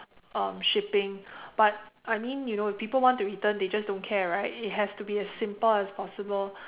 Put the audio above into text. um shipping but I mean you know if people want to return they just don't care right it has to be as simple as possible